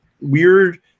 weird